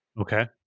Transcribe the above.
Okay